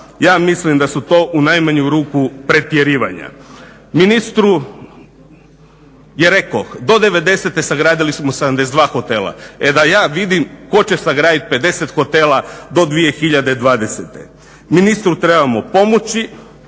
Ja mislim da su to u najmanju ruku pretjerivanja. Ministru je rekao do 90. sagradili smo 72 hotela, e da ja vidim tko će sagradit 50 hotela do 2020. Ministru trebamo pomoći.